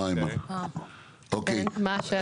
מה השאלה?